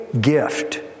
gift